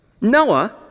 Noah